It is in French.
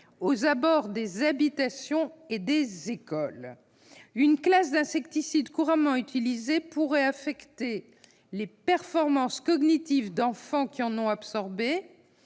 aux abords des zones d'habitation et des écoles. Une classe d'insecticides couramment utilisée pourrait affecter les performances cognitives d'enfants qui en ont absorbé.